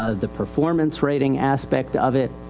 ah the performance rating aspect of it.